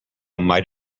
might